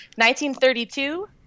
1932